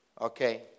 okay